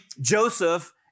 Joseph